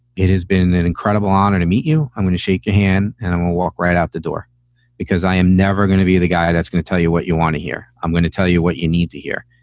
it has been an incredible honor to meet you. i'm going to shake your hand and i and will walk right out the door because i am never going to be the guy that's going to tell you what you want to hear. i'm going to tell you what you need to hear.